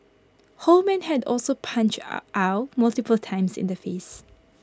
Holman had also punched Ow multiple times in the face